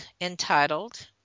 entitled